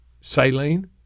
saline